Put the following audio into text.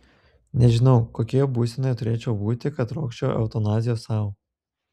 nežinau kokioje būsenoje turėčiau būti kad trokščiau eutanazijos sau